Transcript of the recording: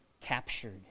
captured